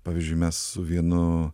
pavyzdžiui mes su vienu